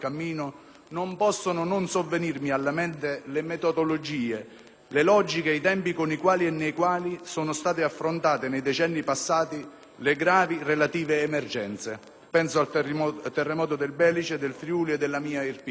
non possono non sovvenirmi alla mente le metodologie, le logiche e i tempi con i quali e nei quali sono state affrontate, nei decenni passati, le gravi relative emergenze; penso al terremoto del Belice, del Friuli e della mia Irpinia.